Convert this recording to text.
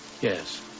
Yes